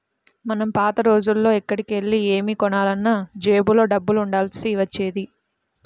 మనం పాత రోజుల్లో ఎక్కడికెళ్ళి ఏమి కొనాలన్నా జేబులో డబ్బులు ఉండాల్సి వచ్చేది